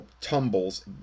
tumbles